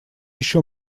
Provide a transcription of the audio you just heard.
еще